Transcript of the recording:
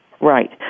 Right